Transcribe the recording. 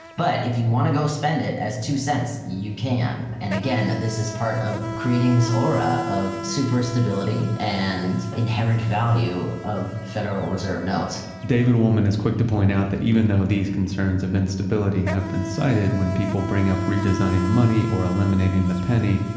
but, if you want to go spend it, as two cents, you can. and again, this is part of creating this aura of super stability, and inherent value of federal reserve notes. david wolman is quick to point out that even though these concerns of instability happen when people bring up redesigning the money, or eliminating the penny,